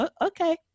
okay